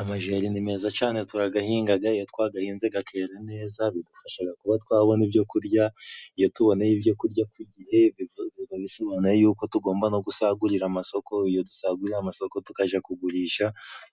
Amajeri ni meza cane turaragahingaga iyo twagahinze gakera neza bigudufasha kuba twabona ibyo kurya iyo tuboneyeho ibyo kurya ku gihe biba bisobanuye yuko tugomba no gusagurira amasoko iyo dusagurira amasoko tukajya kugurisha